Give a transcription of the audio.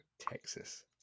Texas